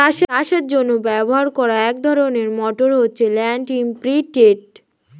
চাষের জন্য ব্যবহার করা এক ধরনের মোটর হচ্ছে ল্যান্ড ইমপ্রিন্টের